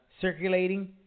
circulating